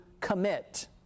commit